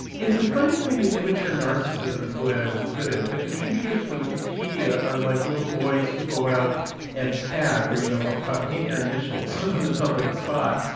it's a funny kind of immature narcissism, is the way i would put it. the contributors to the wikipedia are like little boys who go out and tag, or you know or ah paint their initials on a public spot,